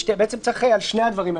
בעצם צריך להצביע על שני הדברים האלה.